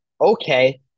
Okay